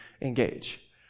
engage